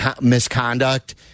misconduct